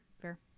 Fair